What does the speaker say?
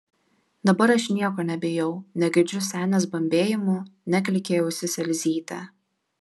dabar aš nieko nebijau negirdžiu senės bambėjimų neklykia į ausis elzytė